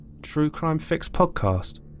truecrimefixpodcast